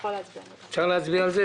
אפשר להצביע על זה?